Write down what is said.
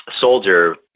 soldier